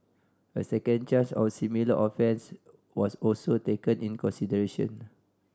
a second charge of a similar offence was also taken in consideration